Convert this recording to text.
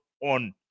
on